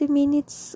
minutes